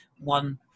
one